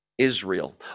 Israel